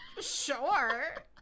Sure